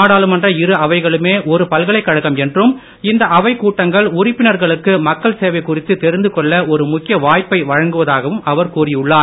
நாடாளுமன்ற இரு அவைகளுமே ஒரு பல்கலைக்கழகம் என்றும் இந்த அவைக் கூட்டங்கள் உறுப்பினர்களுக்கு மக்கள் சேவை குறித்து தெரிநிது கொள்ள ஒரு முக்கிய வாய்ப்பை வழங்குவதாகவும் அவர் கூறியுள்ளார்